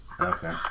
Okay